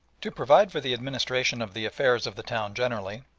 to provide for the administration of the affairs of the town generally,